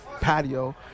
patio